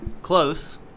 close